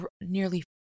Nearly